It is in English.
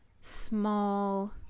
small